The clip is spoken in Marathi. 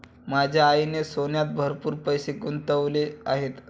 माझ्या आईने सोन्यात भरपूर पैसे गुंतवले आहेत